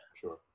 Sure